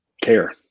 care